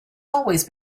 always